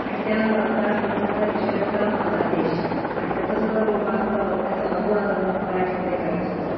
आणि त्या त्या निबंधाचा विषय होता माझा देश आणि त्याचं सगळं रूपांतर त्याचं अनुवादन मराठीमध्ये करायचं होतं